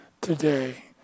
today